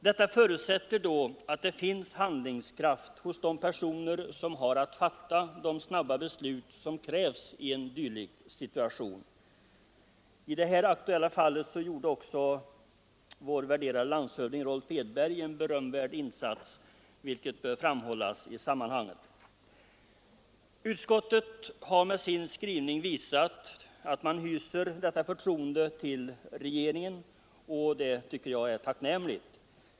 Detta förutsätter då att det finns handlingskraft hos de personer som har ätt fatta de snabba beslut som krävs i en dylik situation. I det här aktuella fallet gjorde också vår värderade landshövding Rolf Edberg en berömvärd insats, vilket bör framhållas i sammanhanget. Utskottet har med sin skrivning visat att man hyser detta förtroende för regeringen, och det tycker jag är tacknämligt.